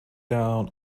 down